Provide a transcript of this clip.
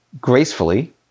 gracefully